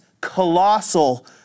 colossal